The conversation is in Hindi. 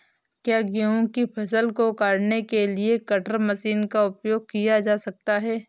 क्या गेहूँ की फसल को काटने के लिए कटर मशीन का उपयोग किया जा सकता है?